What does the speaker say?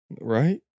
Right